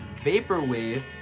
vaporwave